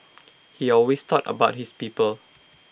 he always thought about his people